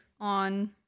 on